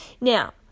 now